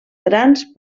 grans